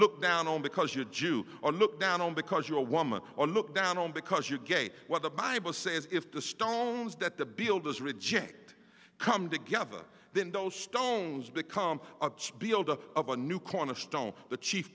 looked down on because you're jew or looked down on because you're a woman or looked down on because you're gay what the bible says if the stones that the builders rejected come together then those stones become a builder of a cornerstone the chief